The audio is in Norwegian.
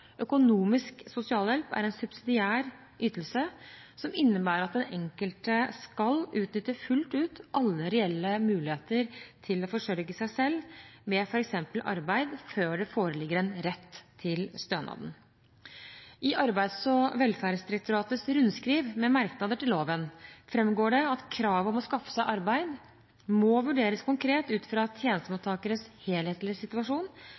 Økonomisk sosialhjelp er en subsidiær ytelse som innebærer at den enkelte skal utnytte fullt ut alle reelle muligheter til å forsørge seg selv ved f.eks. arbeid før det foreligger en rett til stønaden. I Arbeids- og velferdsdirektoratets rundskriv med merknader til loven framgår det at kravet om å skaffe seg arbeid må vurderes konkret ut fra tjenestemottakers helhetlige situasjon,